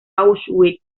auschwitz